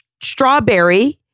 strawberry